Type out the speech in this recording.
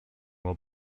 will